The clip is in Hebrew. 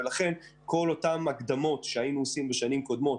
לכן כל אותן ההקדמות שעשינו בשנים הקודמות,